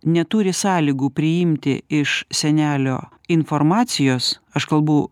neturi sąlygų priimti iš senelio informacijos aš kalbu